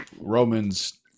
Romans